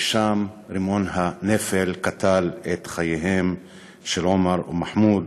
ושם רימון הנפל קטל את חייהם של עומר ומחמוד,